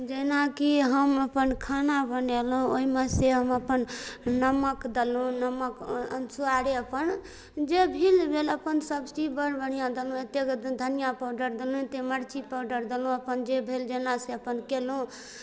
जेनाकि हम अपन खाना बनेलहुँ ओहिमे से हम अपन नमक देलहुँ नमक अनुसारे अपन जे भील भेल अपन सब चीज बड़ बढ़िआँ देलहुँ एतेक धनिआ पाउडर देलहुँ एतेक मिरची पाउडर देलहुँ अपन जे भेल जेना से अपन कएलहुँ